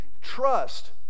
trust